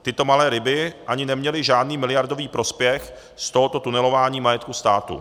Tyto malé ryby ani neměly žádný miliardový prospěch z tohoto tunelování majetku státu.